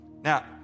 Now